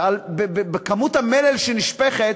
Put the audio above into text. בכמות המלל שנשפכת,